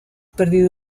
perdido